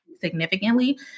significantly